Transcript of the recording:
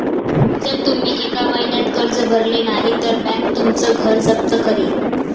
जर तुम्ही एका महिन्यात कर्ज भरले नाही तर बँक तुमचं घर जप्त करेल